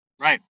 Right